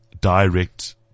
direct